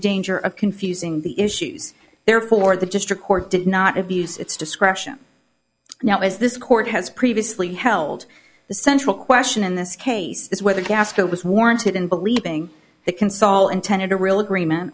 danger of confusing the issues therefore the district court did not abuse its discretion now as this court has previously held the central question in this case is whether gasp it was warranted in believing the console intended a real agreement